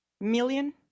million